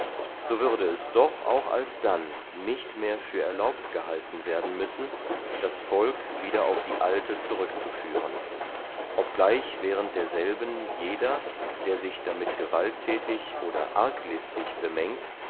so würde es doch auch alsdann nicht mehr für erlaubt gehalten werden müssen das volk wieder auf die alte zurück zu führen obgleich während derselben jeder der sich damit gewaltthätig oder arglistig bemengt